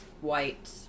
white